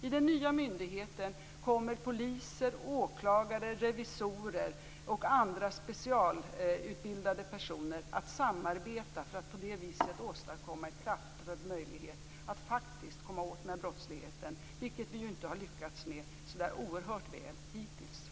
I den nya myndigheten kommer poliser, åklagare, revisorer och andra specialutbildade personer att samarbeta för att på det viset åstadkomma en möjlighet att faktiskt komma åt denna brottslighet, vilket vi ju inte har lyckats med så där oerhört väl hittills.